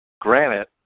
Granite